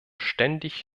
ständig